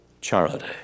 charity